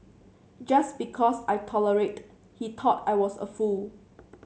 just because I tolerated he thought I was a fool